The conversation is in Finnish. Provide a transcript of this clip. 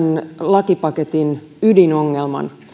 lakipaketin ydinongelman